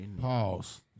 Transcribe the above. Pause